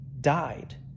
died